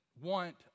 want